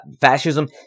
fascism